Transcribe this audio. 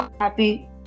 happy